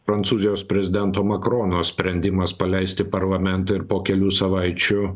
prancūzijos prezidento makrono sprendimas paleisti parlamentą ir po kelių savaičių